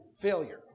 failure